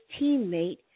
teammate